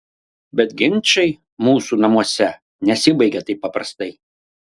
bet ginčai mūsų namuose nesibaigia taip paprastai